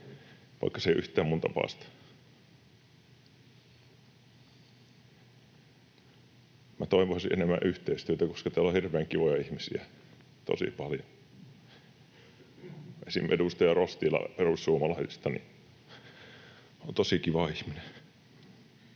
vaikka se ei ole yhtään minun tapaistani. Minä toivoisin enemmän yhteistyötä, koska täällä on hirveän kivoja ihmisiä tosi paljon. Esim. edustaja Rostila perussuomalaisista on tosi kiva ihminen.